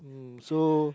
um so